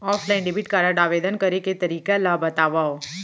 Offline debit card आवेदन करे के तरीका ल बतावव?